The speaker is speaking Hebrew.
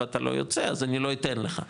אבל אתה לא יוצא אז אני לא אתן לך,